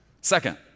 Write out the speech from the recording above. Second